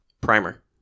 Primer